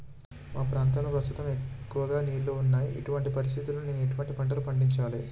మా ప్రాంతంలో ప్రస్తుతం ఎక్కువ నీళ్లు ఉన్నాయి, ఇటువంటి పరిస్థితిలో నేను ఎటువంటి పంటలను పండించాలే?